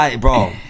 bro